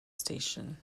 station